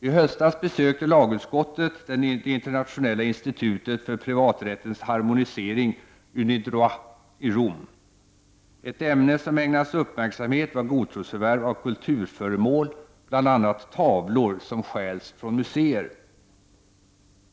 T höstas besökte lagutskottet det internationella institutet för privaträttens harmonisering, UNIDROIT, i Rom. Ett ämne som ägnades uppmärksamhet var godtrosförvärv av kulturföremål, bl.a. tavlor som stjäls från museer.